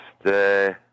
stay